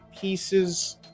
Pieces